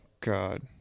god